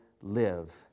live